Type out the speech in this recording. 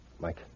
Mike